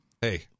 Hey